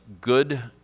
good